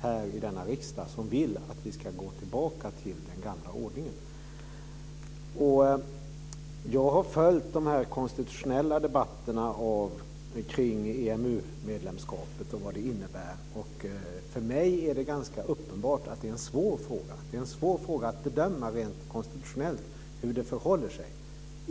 här i denna riksdag som vill att vi ska gå tillbaka till den gamla ordningen. Jag har följt de konstitutionella debatterna om EMU-medlemskapet och om vad det innebär. För mig är det ganska uppenbart att det är en svår fråga. Det är en svår fråga att bedöma rent konstitutionellt hur det förhåller sig.